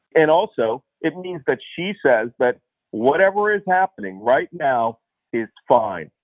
and also it means that she says that whatever is happening right now is fine.